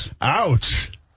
Ouch